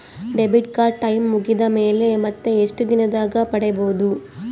Debit card time ಮುಗಿದ ಮೇಲೆ ಮತ್ತೆ ಎಷ್ಟು ದಿನದಾಗ ಪಡೇಬೋದು?